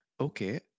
Okay